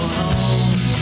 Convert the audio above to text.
home